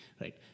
right